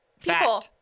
people